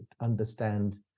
understand